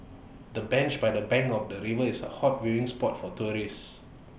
the bench by the bank of the river is A hot viewing spot for tourists